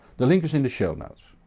the link is in the show notes.